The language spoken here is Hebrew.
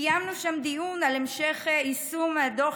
קיימנו שם דיון על המשך יישום הדוח